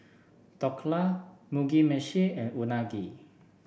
Dhokla Mugi Meshi and Unagi